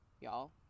y'all